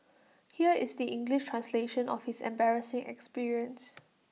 here is the English translation of his embarrassing experience